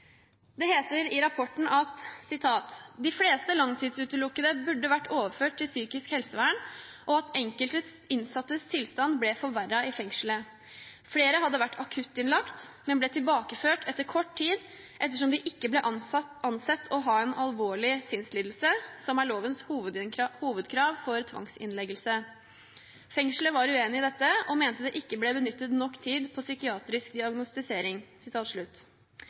Det heter i rapporten at «de fleste langtidsutelukkede burde vært overført til psykisk helsevern, og at enkelte innsattes tilstand ble forverret i fengselet. Flere hadde vært akuttinnlagt, men ble tilbakeført etter kort tid ettersom de ikke ble ansett å ha en alvorlig sinnslidelse, som er lovens hovedkrav for tvangsinnleggelse. Fengselet var uenig i dette, og mente det ikke ble benyttet nok tid på psykiatrisk diagnostisering».